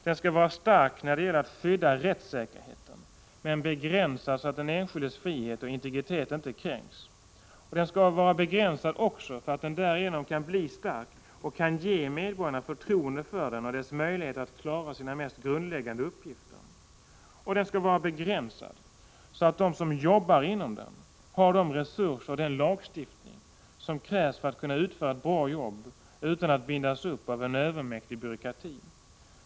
Den skall vara stark när det gäller att skydda rättssäkerheten, men begränsad så att den enskildes frihet och integritet inte kränks. Den skall vara begränsad så att den därigenom blir stark och kan ge medborgarna förtroende för den och dess möjligheter att klara sina mest grundläggande uppgifter. Och den skall vara begränsad så att de som jobbar inom den har de resurser och den lagstiftning som krävs för att kunna utföra ett bra jobb utan att bindas upp av en övermäktig byråkrati.